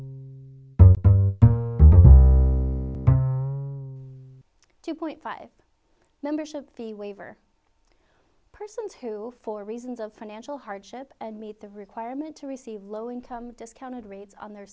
e two point five membership fee waiver persons who for reasons of financial hardship and meet the requirement to receive low income discounted rates on their